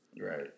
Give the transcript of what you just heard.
Right